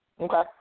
Okay